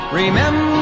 remember